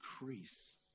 increase